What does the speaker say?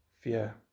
fear